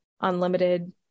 unlimited